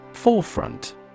Forefront